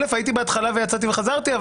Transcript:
הייתי בהתחלה, יצאתי וחזרתי.